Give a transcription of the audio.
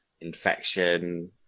infection